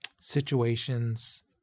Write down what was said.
situations